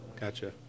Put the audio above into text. Gotcha